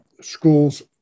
schools